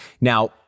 Now